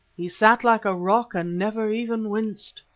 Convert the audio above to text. he sat like a rock and never even winced.